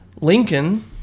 Lincoln